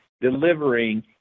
delivering